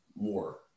More